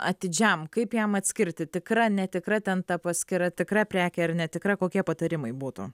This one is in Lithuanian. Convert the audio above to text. atidžiam kaip jam atskirti tikra netikra ten ta paskyra tikra prekė ar netikra kokie patarimai būtų